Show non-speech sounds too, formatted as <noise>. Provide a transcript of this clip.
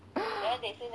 <breath>